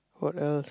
what else